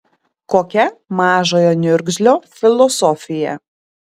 kokia mažojo niurzglio filosofija